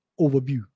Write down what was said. overview